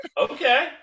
okay